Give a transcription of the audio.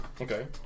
Okay